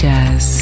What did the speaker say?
Jazz